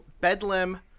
Bedlam